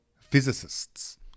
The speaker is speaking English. physicists